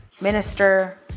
minister